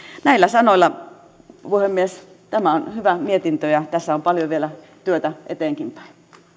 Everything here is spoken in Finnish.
näillä sanoilla puhemies tämä on hyvä mietintö ja tässä on paljon vielä työtä eteenkinpäin